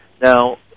Now